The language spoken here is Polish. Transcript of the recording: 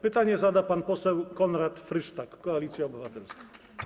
Pytanie zada pan poseł Konrad Frysztak, Koalicja Obywatelska.